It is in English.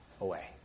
away